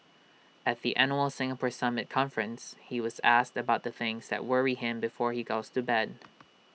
at the annual Singapore summit conference he was asked about the things that worry him before he goes to bed